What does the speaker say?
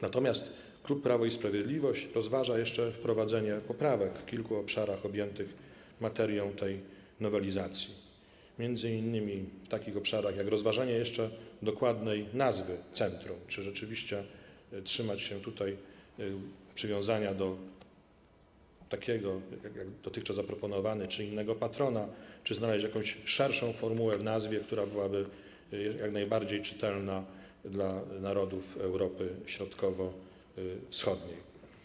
Natomiast klub Prawo i Sprawiedliwość rozważa jeszcze wprowadzenie poprawek w kilku obszarach objętych materią tej nowelizacji, m.in. w takim obszarze jak rozważenie dokładnej nazwy centrum: czy rzeczywiście trzymać się tutaj przywiązania do takiego patrona, jaki dotychczas był zaproponowany, czy znaleźć innego patrona, znaleźć jakąś szerszą formułę, aby nazwa była jak najbardziej czytelna dla narodów Europy Środkowo-Wschodniej.